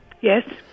Yes